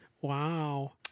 Wow